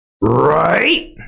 right